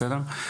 בסדר?